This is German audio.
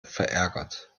verärgert